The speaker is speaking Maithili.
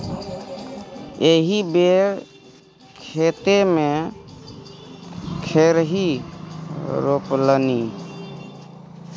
एहि बेर खेते मे खेरही रोपलनि